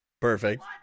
Perfect